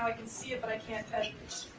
can see it, but i can't edit.